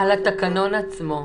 על התקנון עצמו.